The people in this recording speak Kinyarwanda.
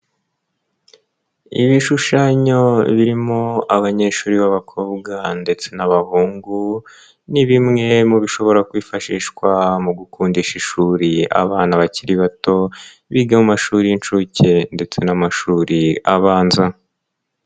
Ibishushanyo birimo abanyeshuri b'abakobwa ndetse n'abahungu, ni bimwe mu bishobora kwifashishwa mu gukundisha ishuri abana bakiri bato biga mu mashuri y'inshuke ndetse n'amashuri abanza.